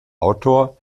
autor